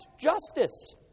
justice